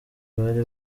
bari